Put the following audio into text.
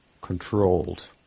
controlled